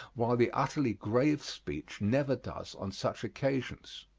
while the utterly grave speech never does on such occasions.